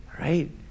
right